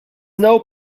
now